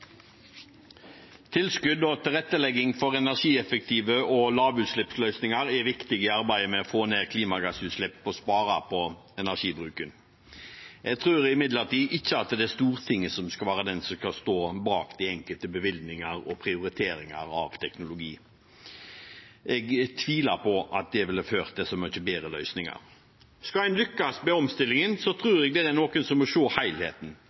Tilskudd og tilrettelegging for energieffektive lavutslippsløsninger er viktig i arbeidet med å få ned klimagassutslipp og spare på energibruken. Jeg tror imidlertid ikke at det er Stortinget som skal være den som skal stå bak de enkelte bevilgninger og prioriteringer av teknologi. Jeg tviler på at det ville ført til så mye bedre løsninger. Skal en lykkes med omstillingen, tror jeg det er noen som må